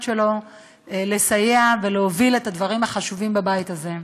שלו לסייע ולהוביל את הדברים החשובים בבית הזה.